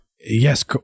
Yes